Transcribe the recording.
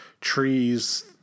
trees